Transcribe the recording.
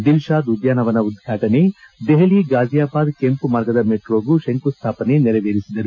ದಿಲ್ ಷಾದ್ ಉದ್ಯಾನವನ ಉದ್ಪಾಟನೆ ದೆಹಲಿ ಗಾಜಿಯಾಬಾದ್ ಕೆಂಪು ಮಾರ್ಗದ ಮೆಟ್ರೋಗೂ ಶಂಕುಸ್ಟಾಪನೆ ನೆರವೇರಿಸಿದರು